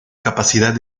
capacidad